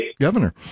governor